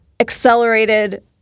accelerated